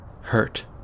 Hurt